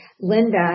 Linda